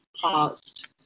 paused